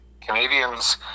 Canadians